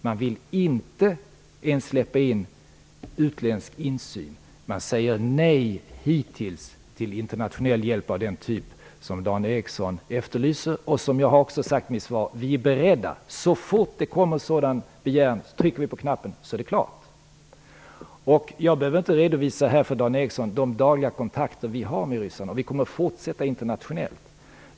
Man vill inte ens tillåta utländsk insyn. Man har hittills sagt nej till internationell hjälp av den typ som Dan Ericsson efterlyser och som jag också har talat om i mitt svar. Vi är beredda. Så fort det kommer en sådan begäran trycker vi på knappen, och så är det klart. Jag behöver inte redovisa för Dan Ericsson de dagliga kontakter vi har med ryssarna. Vi kommer att fortsätta internationellt.